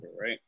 right